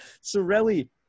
Sorelli